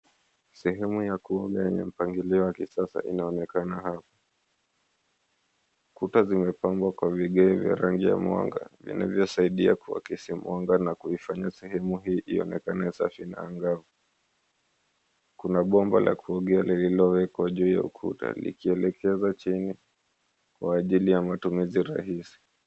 Sehemu ya kuoga yenye mpangilio wa kisasa inaonekana hapa. Kuta zimepangwa kwa vigeo vya rangi ya mwanga vinavyosaidia kuakisi mwanga na kuifanya sehemu hii ionekana safi na angavu. Kuna bomba la kuogea lillowekwa juu likielekeza chini ya kwa ajili ya matumizi rahisi.